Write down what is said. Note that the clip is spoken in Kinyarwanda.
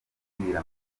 kumbwira